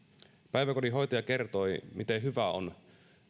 päiväkodin hoitaja kertoi miten hyvä on